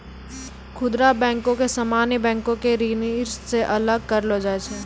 खुदरा बैको के सामान्य बैंको के श्रेणी से अलग करलो जाय छै